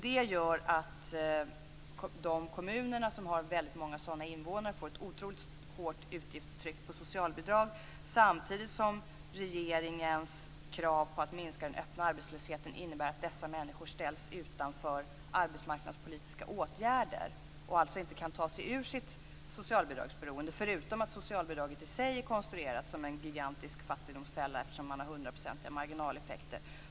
Det innebär att de kommuner som har många sådana invånare får ett otroligt hårt utgiftstryck på socialbidrag, samtidigt som regeringens krav på att minska den öppna arbetslösheten inenbär att dessa människor ställs utanför arbetsmarknadspolitiska åtgärder och alltså inte kan ta sig ur sitt socialbidragsberoende. Dessutom är socialbidraget i sig konstruerat som en gigantisk fattigdomsfälla, eftersom det är hundraprocentiga marginaleffekter.